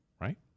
right